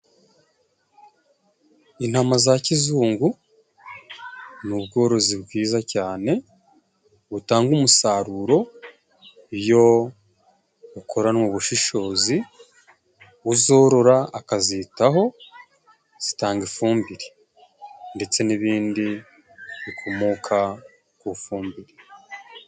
Intama za kizungu ni ubworozi bwiza cyane, butanga umusaruro iyo ukoranwa ubushishozi, uzorora akazitaho zitanga ifumbire ndetse n'ibindi bikomoka ku fumbire.